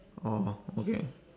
orh okay